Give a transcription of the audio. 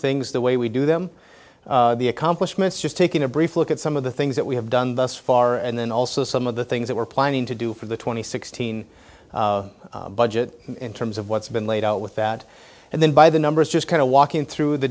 things the way we do them the accomplishments just taking a brief look at some of the things that we have done thus far and then also some of the things that we're planning to do for the two thousand and sixteen budget in terms of what's been laid out with that and then by the numbers just kind of walking through the